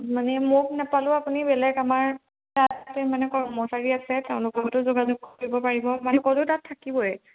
মানে মোক নাপালোঁ আপুনি বেলেগ আমাৰ তাত মানে কৰ্মচাৰী আছে তেওঁলোকৰো যোগাযোগ কৰিব পাৰিব মানে ক'তো তাত থাকিবই